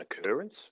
occurrence